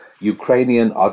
Ukrainian